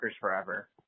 forever